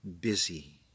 busy